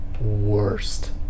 worst